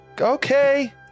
Okay